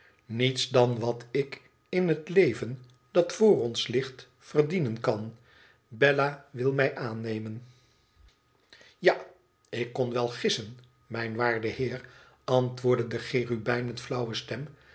niets dan wat ik in het leven dat voor ons ligt verdienen kan bella wil mij aannemen ja ik kon wel gissen mijn waarde heer antwoordde de cherubijn met flauwe stem